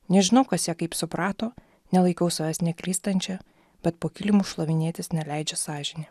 nežinau kas ją kaip suprato nelaikau savęs neklystančia bet po kilimu šlavinėtis neleidžia sąžinė